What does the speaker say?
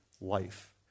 life